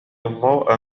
الضوء